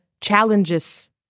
challenges